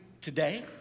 today